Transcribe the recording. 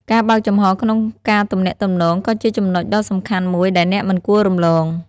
ការបើកចំហរក្នុងការទំនាក់ទំនងក៏ជាចំណុចដ៏សំខាន់មួយដែលអ្នកមិនគួររំលង។